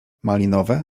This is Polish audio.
malinowe